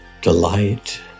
delight